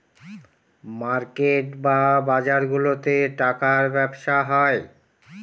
market বা বাজারগুলাতে টাকার ব্যবসা হয়